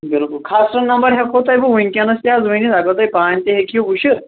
بالکُل خاصٕرٕ نمبر ہیٚکو تۄہہِ بہٕ وٕنکینس تہِ حظ ؤنِتھ اگر تُہۍ پانہٕ تہٕ ہیکِو وٕچھِتھ